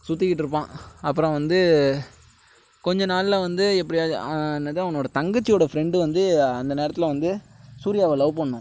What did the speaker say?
சுற்றிகிட்டு இருப்பான் அப்புறம் வந்து கொஞ்சம் நாளில் வந்து எப்படி என்னது அவனோட தங்கச்சியோட ஃபிரெண்டு வந்து அந்த நேரத்தில் வந்து சூர்யாவை லவ் பண்ணும்